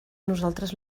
nosaltres